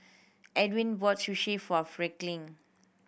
Edwin bought Sushi for Franklin